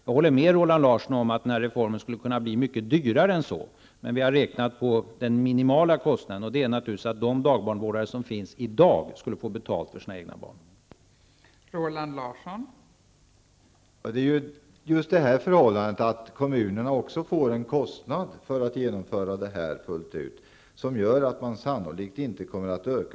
Jag håller med Roland Larsson om att denna reform skulle kunna bli mycket dyrare än så, men vi har räknat på den minimala kostnaden som naturligtvis handlar om vad de dagbarnvårdare som finns i dag skulle få betalt för att ta hand om sina egna barn.